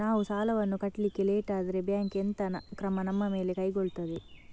ನಾವು ಸಾಲ ವನ್ನು ಕಟ್ಲಿಕ್ಕೆ ಲೇಟ್ ಆದ್ರೆ ಬ್ಯಾಂಕ್ ಎಂತ ಕ್ರಮ ನಮ್ಮ ಮೇಲೆ ತೆಗೊಳ್ತಾದೆ?